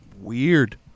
Weird